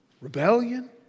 rebellion